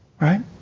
Right